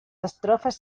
estrofes